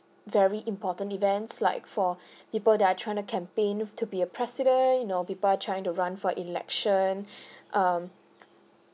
very important events like for people that are trying to campaign to be a president you know people are trying to run for election um